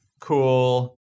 cool